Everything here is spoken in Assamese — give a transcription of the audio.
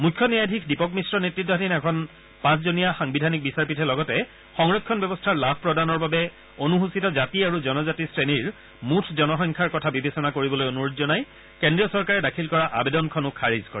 মুখ্য ন্যায়াধীশ দীপক মিশ্ৰ নেততাধীন এখন পাঁচজনীয়া সাংবিধানিক বিচাৰপীঠে লগতে সংৰক্ষণ ব্যৱস্থাৰ লাভ প্ৰদানৰ বাবে অনুসূচিত জাতি আৰু জনজাতি শ্ৰেণীৰ মুঠ জনসংখ্যাৰ কথা বিবেচনা কৰিবলৈ অনুৰোধ জনাই কেন্দ্ৰীয় চৰকাৰে দাখিল কৰা আবেদনখনো খাৰিজ কৰে